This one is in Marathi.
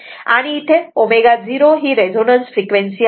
आणि इथे ω0 ही रेझोनन्स फ्रिक्वेन्सी आहे